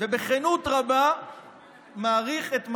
ובכנות רבה מעריך את מאמציהן.